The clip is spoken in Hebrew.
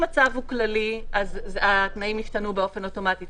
אם הצו כללי, התנאים ישתנו באופן אוטומטי.